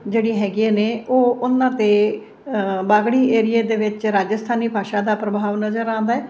ਜਿਹੜੀ ਹੈਗੀਆਂ ਨੇ ਉਹ ਉਹਨਾਂ 'ਤੇ ਬਾਗੜੀ ਏਰੀਏ ਦੇ ਵਿੱਚ ਰਾਜਸਥਾਨੀ ਭਾਸ਼ਾ ਦਾ ਪ੍ਰਭਾਵ ਨਜ਼ਰ ਆਉਂਦਾ ਹੈ